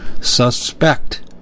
suspect